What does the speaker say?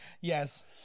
Yes